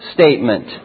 statement